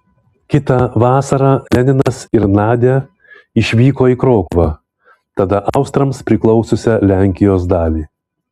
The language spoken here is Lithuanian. kitą vasarą leninas ir nadia išvyko į krokuvą tada austrams priklausiusią lenkijos dalį